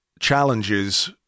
challenges